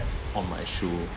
on my shoe